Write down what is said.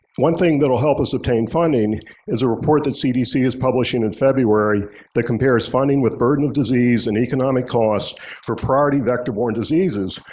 one thing that will help us obtain funding is a report that cdc is publishing in february that compares funding with burden of disease and economic costs for vector-borne diseases,